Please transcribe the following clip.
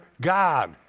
God